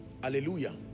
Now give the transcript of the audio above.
Hallelujah